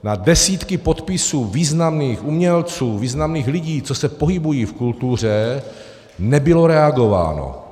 Na desítky podpisů významných umělců, významných lidí, co se pohybují v kultuře, nebylo reagováno.